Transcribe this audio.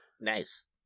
Nice